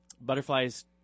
Butterflies